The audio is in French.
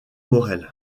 morel